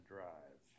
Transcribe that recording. Drive